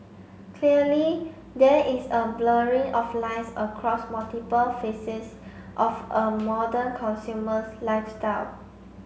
clearly there is a blurring of lines across multiple facets of a modern consumer's lifestyle